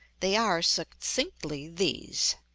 they are, succinctly, these